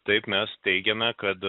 taip mes teigiame kad